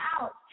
out